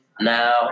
now